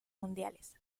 mundiales